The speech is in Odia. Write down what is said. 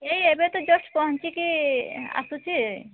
ଏଇ ଏବେ ତ ଜଷ୍ଟ ପହଞ୍ଚିକି ଆସୁଛି